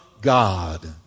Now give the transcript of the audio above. God